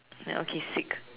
then okay sick